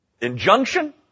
injunction